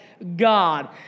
God